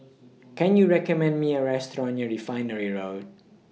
Can YOU recommend Me A Restaurant near Refinery Road